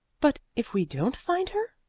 but if we don't find her?